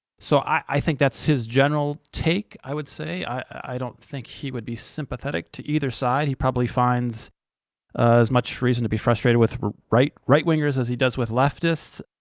so i think that's his general take, i would say. i don't think he would be sympathetic to either side. he probably finds as much reason to be frustrated with right-wingers as he does with leftists.